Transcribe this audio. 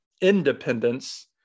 independence